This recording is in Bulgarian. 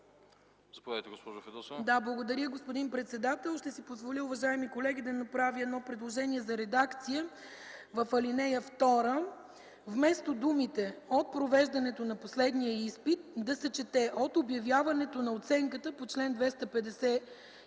ДОКЛАДЧИК ИСКРА ФИДОСОВА: Благодаря, господин председател. Ще си позволя, уважаеми колеги, да направя едно предложение за редакция в ал. 2, вместо думите „от провеждането на последния изпит” да се чете „от обявяването на оценката по чл. 258,